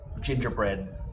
gingerbread